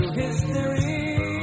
history